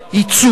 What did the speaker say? ייצוג.